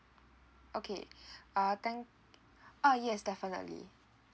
okay uh thank uh yes definitely